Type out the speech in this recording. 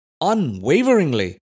unwaveringly